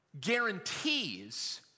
guarantees